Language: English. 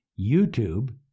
YouTube